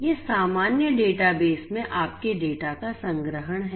यह सामान्य डेटाबेस में आपके डेटा का संग्रहण है